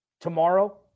Tomorrow